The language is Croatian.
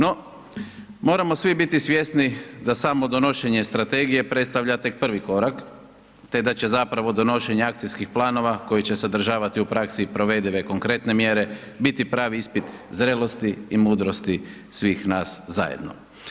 To, moramo svi biti svjesni da samo donošenje strategije predstavlja tek prvi korak te da će zapravo donošenje akcijskih planova, koji će sadržavati u praksi provedive i konkretne mjere, biti pravi ispit zrelosti i mudrosti svih nas zajedno.